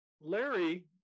Larry